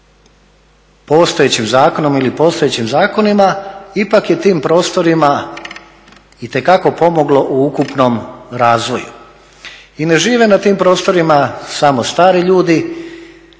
postojećim zakonom, ili postojećim zakonima ipak je tim prostorima itekako pomoglo u ukupnom razvoju. I ne žive na tim prostorima samo stari ljudi,